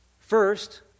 First